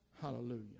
Hallelujah